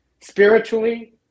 spiritually